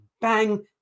bang